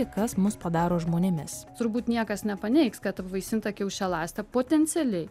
tai kas mus padaro žmonėmis turbūt niekas nepaneigs kad apvaisinta kiaušialąstė potencialiai